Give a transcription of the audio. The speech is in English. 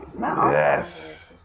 yes